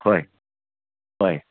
ꯍꯣꯏ ꯍꯣꯏ